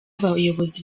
abayobozi